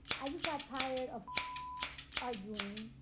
i just got tired of arguing,